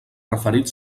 referit